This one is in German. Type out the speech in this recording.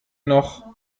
noch